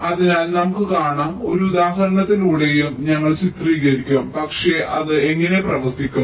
അതിനാൽ നമുക്ക് കാണാം ഒരു ഉദാഹരണത്തിലൂടെയും ഞങ്ങൾ ചിത്രീകരിക്കും പക്ഷേ അത് എങ്ങനെ പ്രവർത്തിക്കുന്നു